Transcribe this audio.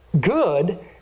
good